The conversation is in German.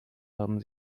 haben